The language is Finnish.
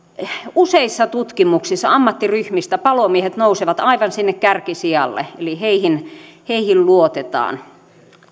useissa tutkimuksissa ammattiryhmistä palomiehet nousevat aivan sinne kärkisijalle eli heihin heihin luotetaan